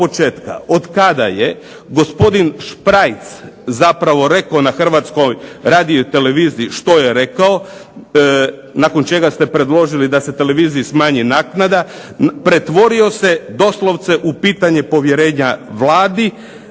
od kada je gospodin Šprajc zapravo rekao na Hrvatskoj radioteleviziji što je rekao nakon što ste predložili da se televiziji smanji naknada pretvorio se doslovce u pitanje povjerenja Vladi,